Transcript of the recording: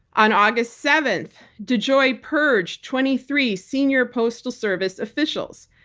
on august seventh, dejoy purged twenty three senior postal service officials.